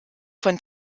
von